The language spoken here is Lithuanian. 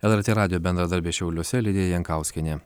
lrt radijo bendradarbė šiauliuose lidija jankauskienė